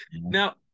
Now